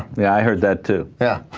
yeah i heard that to yeah